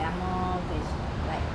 grandma veg